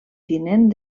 tinent